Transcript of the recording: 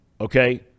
okay